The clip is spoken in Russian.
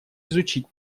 изучить